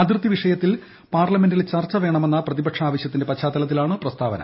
അതിർത്തി വിഷയത്തിൽ പാർലമെന്റിൽ ചർച്ച വേണമെന്ന പ്രതിപക്ഷ ആവശൃത്തിന്റെ പശ്ചാത്തലത്തിലാണ് പ്രസ്താവന